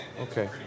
Okay